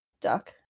Duck